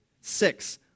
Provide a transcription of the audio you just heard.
six